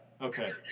Okay